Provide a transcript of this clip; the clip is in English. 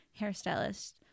hairstylist